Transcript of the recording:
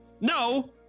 No